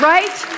Right